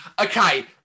Okay